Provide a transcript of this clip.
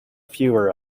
fewer